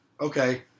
Okay